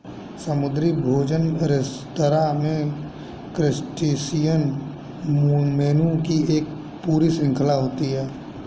समुद्री भोजन रेस्तरां में क्रस्टेशियन मेनू की एक पूरी श्रृंखला होती है